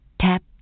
Tap